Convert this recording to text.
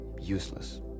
useless